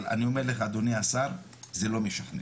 אבל אני אומר לך אדוני השר, זה לא משכנע.